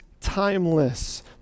timeless